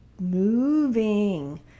moving